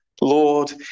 Lord